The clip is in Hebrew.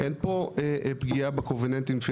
אין פה פגיעה ב- -- פיננסים,